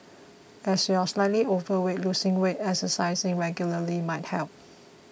as you are slightly overweight losing weight and exercising regularly might help